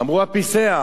אמרו, הפיסח.